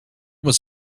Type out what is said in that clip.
was